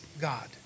God